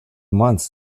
months